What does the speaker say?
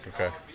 okay